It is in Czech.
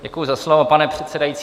Děkuji za slovo, pane předsedající.